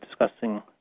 discussing